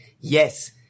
yes